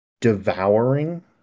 devouring